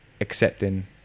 accepting